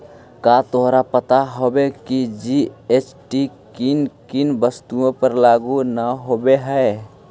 का तोहरा पता हवअ की जी.एस.टी किन किन वस्तुओं पर लागू न होवअ हई